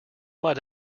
might